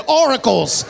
oracles